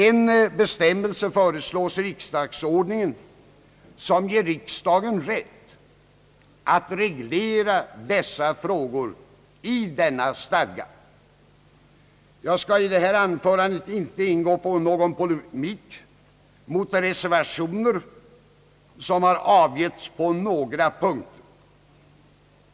En bestämmelse föreslås i riksdagsordningen som ger riksdagen rätt att reglera dessa frågor i stadgan. Jag skall i detta anförande inte ingå på någon polemik mot de reservationer som har avgivits på några punkter.